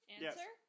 Answer